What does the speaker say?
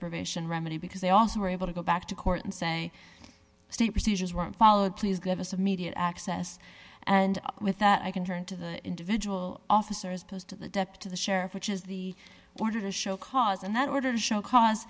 probation remedy because they also were able to go back to court and say see procedures were followed please give us a media access and with that i can turn to the individual officers posed to the depth to the sheriff which is the order to show cause and then order to show cause